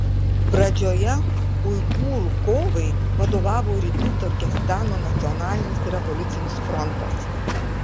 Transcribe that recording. pradžioje uigūrų kovai vadovavo rytų turkestano nacionalinis revoliucinis frontas